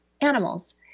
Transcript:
animals